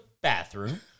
bathroom